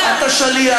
אתה שליח.